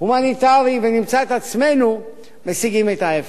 והומניטרי ונמצא את עצמנו משיגים את ההיפך.